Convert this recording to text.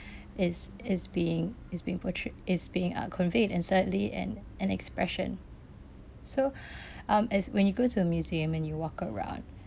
is is being is being portrayed is being uh conveyed and thirdly an an expression so um as when you go to a museum and you walk around